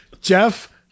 jeff